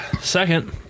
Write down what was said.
Second